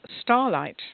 Starlight